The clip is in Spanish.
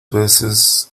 veces